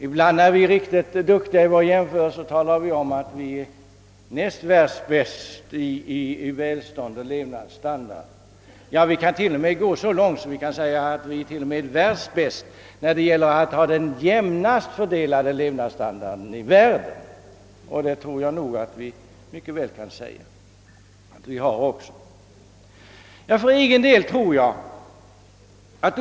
Ibland när vi känner oss riktigt duktiga säger vi att vi är näst bäst i världen i fråga om välstånd och hög levnadsstandard. Ja, vi går t.o.m. så långt att vi säger att vi är världsbäst när det gäller den jämnast fördelade levnadsstandarden. Detta tror jag också är riktigt.